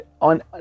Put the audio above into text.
on